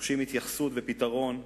דורשים התייחסות ופתרון,